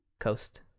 coast